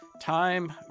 time